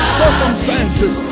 circumstances